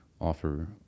offer